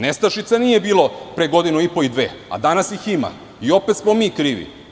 Nestašice nije bilo pre godinu i po, dve, a danas ih ima i opet smo mi krivi.